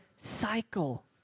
cycle